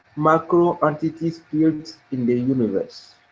macro entities fields in the universe.